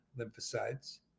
lymphocytes